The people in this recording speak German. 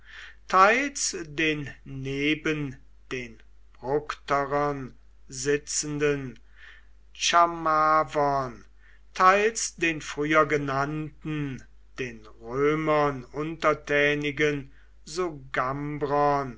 teils den neben den bructerern sitzenden chamavern teils den früher genannten den römern untertänigen